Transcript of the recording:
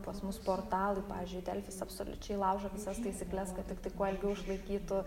pas mus portalai pavyzdžiui delfis absoliučiai laužo visas taisykles kad tiktai kuo ilgiau išlaikytų